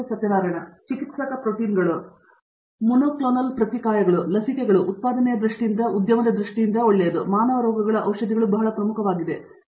Satyanarayana N Gummadi ಚಿಕಿತ್ಸಕ ಪ್ರೋಟೀನ್ಗಳು monoclonal ಪ್ರತಿಕಾಯಗಳು ಲಸಿಕೆಗಳು ಉತ್ಪಾದನೆಯ ದೃಷ್ಟಿಯಿಂದ ಉದ್ಯಮದ ದೃಷ್ಟಿಯಿಂದ ಮಾನವ ರೋಗಗಳ ಔಷಧಿಗಳು ಬಹಳ ಪ್ರಮುಖವಾದವು